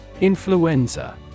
Influenza